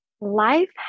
life